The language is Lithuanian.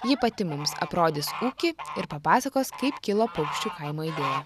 ji pati mums aprodys ūkį ir papasakos kaip kilo paukščių kaimo idėja